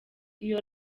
iyo